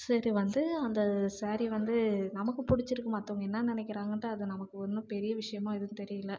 சரி வந்து அந்த ஸேரீ வந்து நமக்கு பிடிச்சிருக்கு மற்றவங்க என்ன நினைக்கிறாங்கன்ட்டு அது நமக்கு ஒன்று பெரிய விஷயமா எதுவும் தெரியல